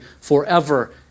forever